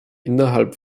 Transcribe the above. innerhalb